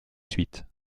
suite